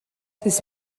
this